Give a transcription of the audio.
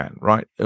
right